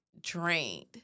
drained